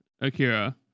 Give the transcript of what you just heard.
Akira